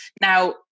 now